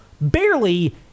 barely